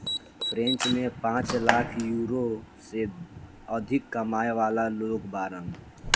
French में पांच lakh euro से अधिक कमाए वाला लोग बाड़न